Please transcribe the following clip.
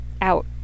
out